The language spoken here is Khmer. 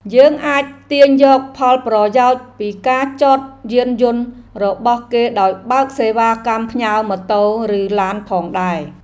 យើងអាចទាញយកផលប្រយោជន៍ពីការចតយានយន្តរបស់គេដោយបើកសេវាកម្មផ្ញើម៉ូតូឬឡានផងដែរ។